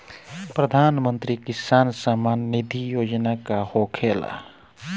प्रधानमंत्री किसान सम्मान निधि योजना का होखेला?